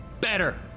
better